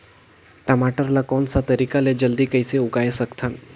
टमाटर ला कोन सा तरीका ले जल्दी कइसे उगाय सकथन?